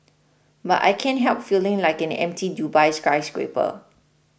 but I can't help feeling like an empty Dubai skyscraper